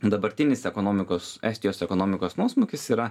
dabartinis ekonomikos estijos ekonomikos nuosmukis yra